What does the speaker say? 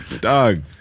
dog